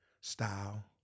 style